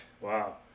Wow